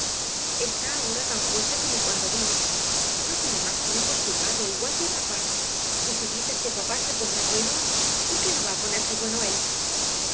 está ahora tan fuerte como cuando vino no tiene más que un constipado igual que papá y si dices que papá se pondrá bueno por qué no va a ponerse bueno él